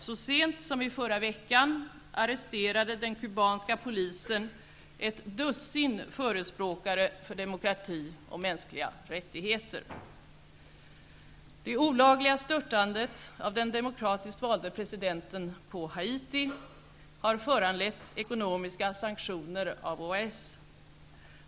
Så sent som i förra veckan arresterade den kubanska polisen ett dussin förespråkare för demokrati och mänskliga rättigheter. Det olagliga störtandet av den demokratiskt valde presidenten på Haiti har föranlett ekonomiska sanktioner av OAS.